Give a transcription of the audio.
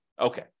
Okay